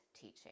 teaching